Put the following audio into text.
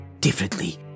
differently